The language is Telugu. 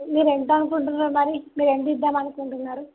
మీరెంత అనుకుంటున్నారు మరి మీరు ఎంత ఇద్దాం అనుకుంటున్నారు